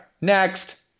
next